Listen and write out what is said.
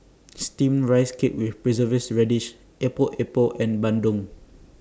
Steamed Rice Cake with Preserved Radish Epok Epok and Bandung